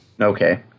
Okay